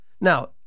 Now